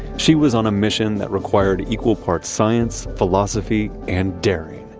she was on a mission that required equal parts science, philosophy, and daring,